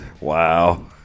Wow